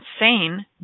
insane